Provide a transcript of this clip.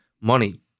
money